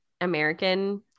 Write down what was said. American